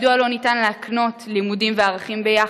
מדוע לא ניתן להקנות לימודים וערכים ביחד?